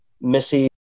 Missy